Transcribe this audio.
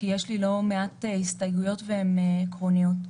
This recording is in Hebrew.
כי יש לי לא מעט הסתייגויות והן עקרוניות.